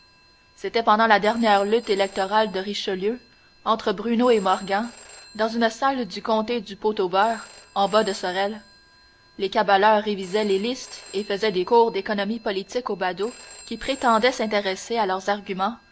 c'était pendant la dernière lutte électorale de richelieu entre bruneau et morgan dans une salle du comité du pot au beurre en bas de sorel les cabaleurs révisaient les listes et faisaient des cours d'économie politique aux badauds qui prétendaient s'intéresser à leurs arguments